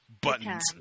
Buttons